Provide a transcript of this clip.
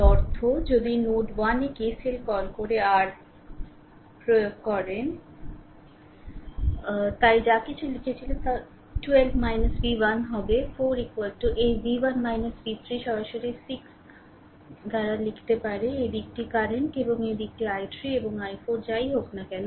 এর অর্থ যদি নোড 1 এ KCL কল করে r প্রয়োগ করেন তাই যা কিছু লিখেছিল তা 12 v 1 হবে 4 এই v 1 v 3 সরাসরি 6 দ্বারা লিখতে পারে এই দিকটি কারেন্ট এবং এই দিকটি i3 এবং i4 যাই হোক না কেন